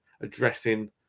addressing